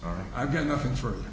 i've got nothing for